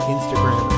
Instagram